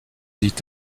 dit